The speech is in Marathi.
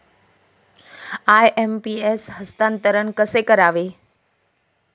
आय.एम.पी.एस हस्तांतरण कसे करावे?